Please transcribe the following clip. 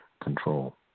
control